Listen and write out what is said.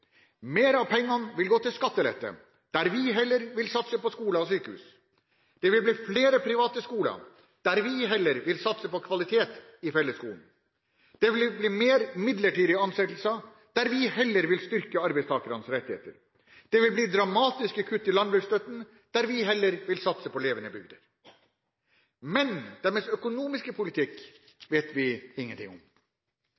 gå til skattelette, der vi heller vil satse på skoler og sykehus. Det vil bli flere private skoler, der vi heller vil satse på kvalitet i fellesskolen. Det vil bli flere midlertidige ansettelser, der vi heller vil styrke arbeidstakernes rettigheter. Det vil bli dramatiske kutt i landbruksstøtten, der vi heller vil satse på levende bygder. Men deres økonomiske politikk